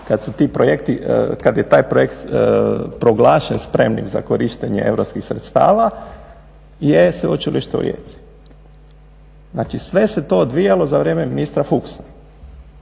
kad je taj projekt proglašen spremnim za korištenje europskih sredstava je Sveučilište u Rijeci. Znači, sve se to odvijalo za vrijeme ministra Fuchsa.